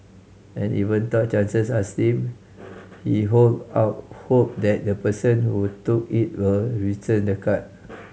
and even though chances are slim he hold out hope that the person who took it will return the card